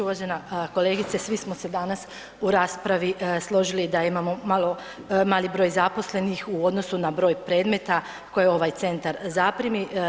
Uvažena kolegice svi smo se danas u raspravi složili da imamo malo mali broj zaposlenih u odnosu na broj predmeta koje ovaj centar zaprimi.